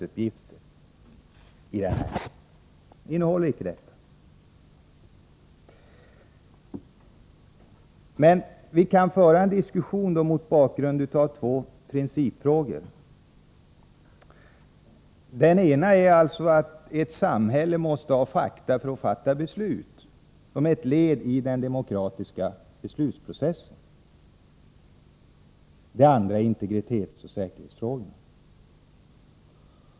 Den innehåller icke sådana uppgifter. Vi kan föra en diskussion mot bakgrund av två principfrågor. Det ena är att ett samhälle måste ha fakta för att fatta beslut som ett led i den demokratiska beslutsprocessen. Det andra gäller integritetsoch säkerhetsfrågorna.